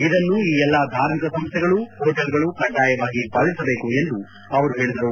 ಇದನ್ನು ಈ ಎಲ್ಲ ಧಾರ್ಮಿಕ ಸಂಸ್ಥೆಗಳು ಹೋಟೆಲ್ಗಳು ಕಡ್ಡಾಯವಾಗಿ ಪಾಲಿಸಬೇಕು ಎಂದು ಅವರು ಹೇಳಿದರು